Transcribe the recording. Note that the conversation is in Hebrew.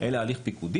אלא הליך פיקודי.